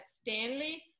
Stanley